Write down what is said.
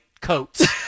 coats